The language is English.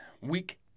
Week